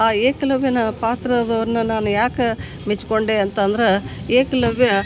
ಆ ಏಕಲವ್ಯನ ಪಾತ್ರವನ್ನು ನಾನು ಯಾಕೆ ಮೆಚ್ಚಿಕೊಂಡೆ ಅಂತಂದ್ರೆ ಏಕಲವ್ಯ